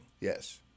Yes